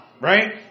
right